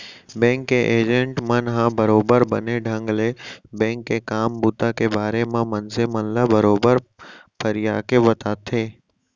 bank के agent मन ह बरोबर बने ढंग ले बेंक के काम बूता के बारे म मनसे मन ल बरोबर फरियाके बताथे